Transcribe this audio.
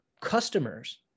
customers